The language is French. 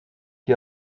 qui